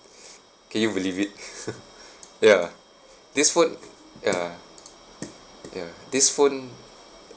can you believe it ya this phone ya ya this phone